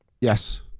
Yes